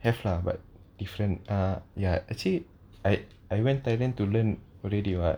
have lah but different uh ya actually I I went thailand to learn already [what]